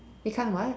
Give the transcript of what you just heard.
you can't what